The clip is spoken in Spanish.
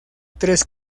tres